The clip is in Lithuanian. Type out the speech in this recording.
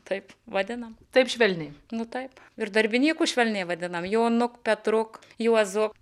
taip vadinam taip švelniai nu taip ir darbininkus švelniai vadiname jonuk petruk juozuk